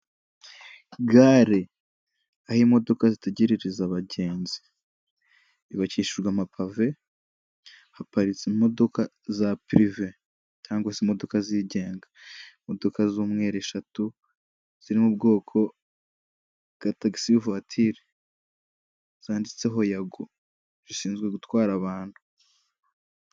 Gare, aho imodoka zitegerereza abagenzi, yubakishijwe amapave, haparitse imodoka za pirive cyangwa se imodoka zigenga, imodoka z'umweru eshatu ziri mu bwoko bwa tagisi vatiri zanditseho yago zishinzwe gutwara abantu.